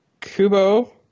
Kubo